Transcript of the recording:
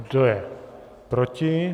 Kdo je proti?